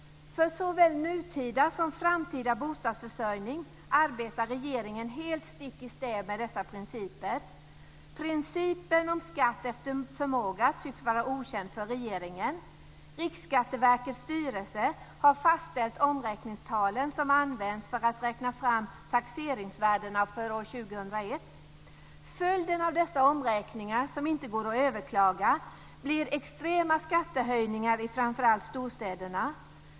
För såväl nutida som framtida bostadsförsörjning arbetar regeringen helt stick i stäv med dessa principer. Principen om skatt efter förmåga tycks vara okänd för regeringen. Riksskatteverkets styrelse har fastställt omräkningstalen som används för att räkna fram taxeringsvärdena för år 2001. Följden av dessa omräkningar, som inte går att överklaga, blir extrema skattehöjningar i framför allt storstäderna.